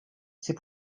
c’est